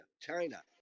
china